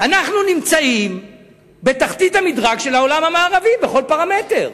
אנחנו נמצאים בתחתית המדרג של העולם המערבי בכל פרמטר,